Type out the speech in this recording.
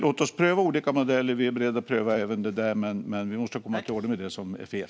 Låt oss pröva olika modeller. Vi är beredda att pröva även detta. Vi måste komma till rätta med det som är fel.